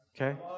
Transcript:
Okay